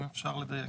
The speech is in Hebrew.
אם אפשר לדייק.